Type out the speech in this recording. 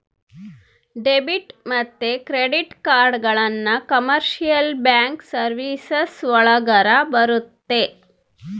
debit ಮತ್ತೆ credit ಕಾರ್ಡ್ಗಳನ್ನ commercial bank services ಒಳಗರ ಬರುತ್ತೆ